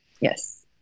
yes